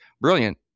brilliant